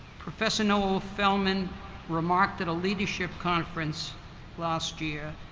professor noah feldman remarked at a leadership conference last year,